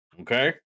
Okay